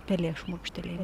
pelė šmurkštelėjo